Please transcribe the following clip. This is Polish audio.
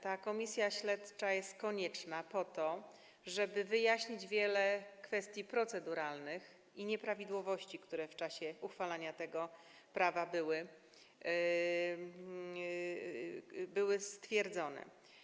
Ta Komisja Śledcza jest konieczna po to, żeby wyjaśnić wiele kwestii proceduralnych i nieprawidłowości, które w czasie uchwalania tego prawa zostały stwierdzone.